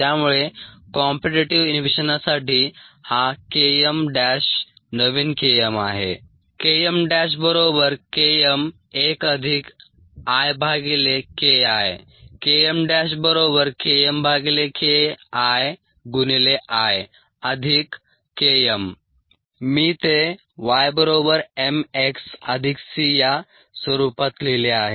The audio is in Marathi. त्यामुळे कॉम्पीटीटीव्ह इनहिबिशनसाठी हा Km' नवीन K m आहे KmKm1IKI KmKmKII Km मी ते y mx c या स्वरूपात लिहिले आहे